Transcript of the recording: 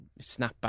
snapback